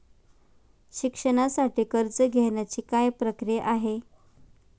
शिक्षणासाठी कर्ज घेण्याची काय प्रक्रिया आहे?